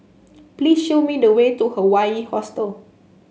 please show me the way to Hawaii Hostel